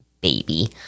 baby